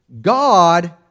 God